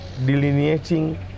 delineating